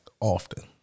Often